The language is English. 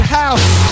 house